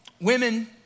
women